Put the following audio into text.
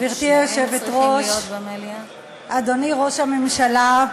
גברתי היושבת-ראש, אדוני ראש הממשלה,